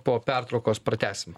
po pertraukos pratęsim